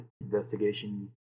investigation